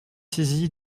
saisi